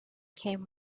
came